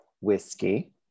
whiskey